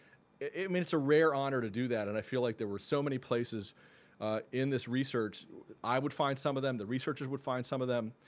mean it's a rare honor to do that and i feel like there were so many places in this research i would find some of them, the researchers would find some of them.